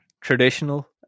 traditional